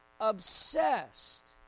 obsessed